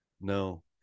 No